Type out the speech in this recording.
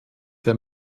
der